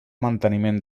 manteniment